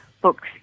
books